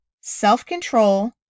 self-control